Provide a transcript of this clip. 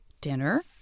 dinner